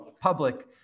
public